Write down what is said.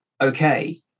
okay